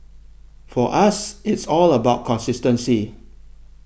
for us it's all about consistency